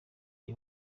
iyi